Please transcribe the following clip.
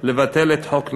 לבטל את חוק נהרי.